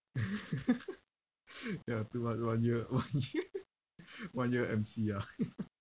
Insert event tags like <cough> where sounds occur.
<laughs> ya pre~ one one year one <laughs> year one year M_C ah <laughs>